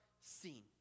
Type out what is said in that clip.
seen